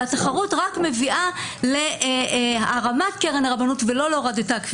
והתחרות רק מביאה להרמת קרן הרבנות ולא להורדתה.